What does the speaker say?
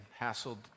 hassled